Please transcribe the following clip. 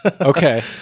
okay